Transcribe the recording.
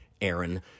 Aaron